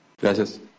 Gracias